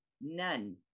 None